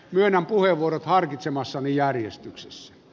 myönnän puheenvuorot harkitsemassani järjestyksessä